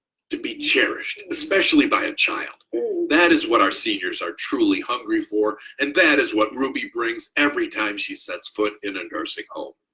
to be cherished, especially by a child. that is what our seniors are truly hungry for, and that is what ruby brings every time she sets foot in a nursing home.